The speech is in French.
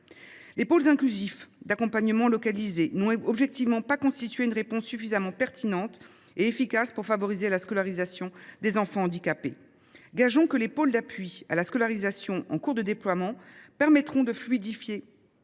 Les pôles inclusifs d’accompagnement localisés (Pial) n’ont objectivement pas constitué une réponse suffisamment pertinente et efficace pour favoriser la scolarisation des enfants handicapés. Gageons que les pôles d’appui à la scolarité (PAS), qui sont en cours de déploiement, permettront de fluidifier